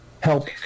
help